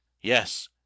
Yes